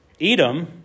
Edom